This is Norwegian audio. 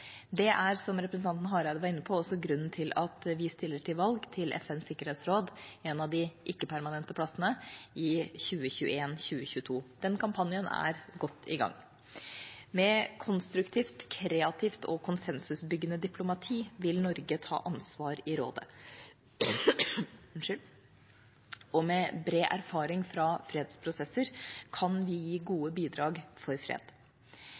Det er, som representanten Hareide var inne på, også grunnen til at vi stiller til valg til FNs sikkerhetsråd – til en av de ikke-permanente plassene i 2021–2022. Kampanjen er godt i gang. Med konstruktivt, kreativt og konsensusbyggende diplomati vil Norge ta ansvar i rådet. Og med bred erfaring fra fredsprosesser kan vi gi gode bidrag for fred.